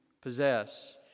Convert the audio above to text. possess